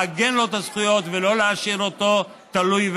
לעגן לו את הזכויות ולא להשאיר אותו תלוי ועומד.